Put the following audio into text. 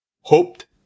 hoped